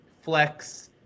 flex